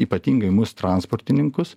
ypatingai mus transportininkus